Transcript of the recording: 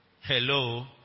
Hello